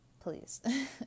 please